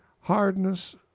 hardness